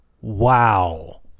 Wow